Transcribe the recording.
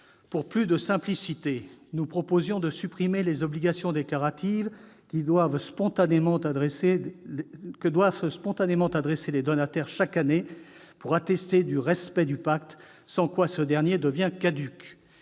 Pour plus de simplicité, nous proposions de supprimer les obligations déclaratives que doivent spontanément observer les donataires, chaque année, pour attester du respect du pacte, sans quoi ce dernier devient caduc.